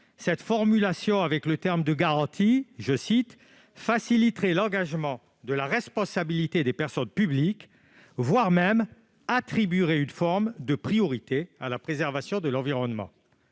selon votre analyse, le terme « garantit »« faciliterait l'engagement de la responsabilité des personnes publiques », voire « attribuerait une forme de priorité à la préservation de l'environnement ».